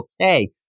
okay